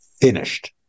finished